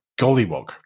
Gollywog